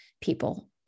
people